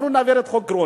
אנחנו נעביר את חוק גרוניס,